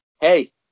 hey